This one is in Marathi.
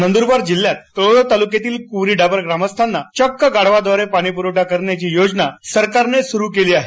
नंदुरबार जिल्ह्यात तळोदा तालुक्यातील कुवली डाबर ग्रामस्थांना चक्क गाढवांद्वारे पाणी पुरवठा करण्याची योजना सरकारनं सुरू केली आहे